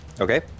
Okay